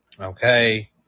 okay